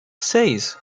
seis